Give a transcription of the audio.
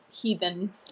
Heathen